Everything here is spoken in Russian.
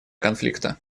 конфликта